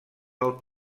del